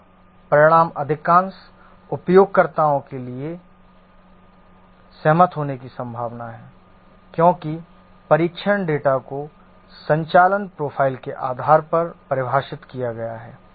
यहां परिणाम अधिकांश उपयोगकर्ताओं के लिए सहमत होने की संभावना है क्योंकि परीक्षण डेटा को संचालन प्रोफ़ाइल के आधार पर परिभाषित किया गया है